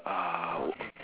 uh w~